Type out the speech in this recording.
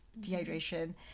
dehydration